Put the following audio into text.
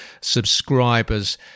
subscribers